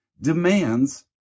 demands